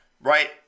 right